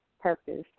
purpose